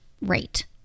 rate